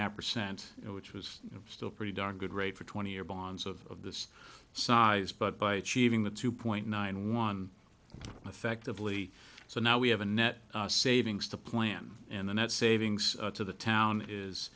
half percent which was still pretty darn good rate for twenty year bonds of this size but by choosing the two point nine one effectively so now we have a net savings to plan and the net savings to the town is